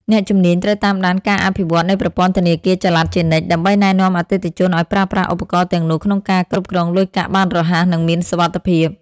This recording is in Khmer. អ្នកជំនាញត្រូវតាមដានការអភិវឌ្ឍន៍នៃប្រព័ន្ធធនាគារចល័តជានិច្ច ដើម្បីណែនាំអតិថិជនឱ្យប្រើប្រាស់ឧបករណ៍ទាំងនោះក្នុងការគ្រប់គ្រងលុយកាក់បានរហ័ស និងមានសុវត្ថិភាព។